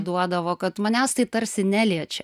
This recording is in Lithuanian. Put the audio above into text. duodavo kad manęs tai tarsi neliečia